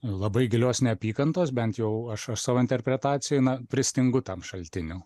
labai gilios neapykantos bent jau aš aš savo interpretacijoj na pristingu tam šaltinių